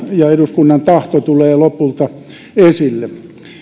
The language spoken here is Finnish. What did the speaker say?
ja eduskunnan tahto tulee lopulta esille